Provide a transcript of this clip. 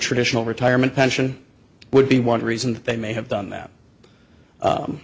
traditional retirement pension would be one reason that they may have done that